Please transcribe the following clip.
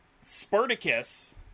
Spartacus